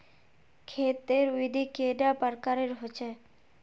खेत तेर विधि कैडा प्रकारेर होचे?